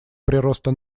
прироста